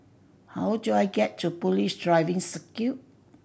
how do I get to Police Driving Circuit